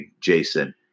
Jason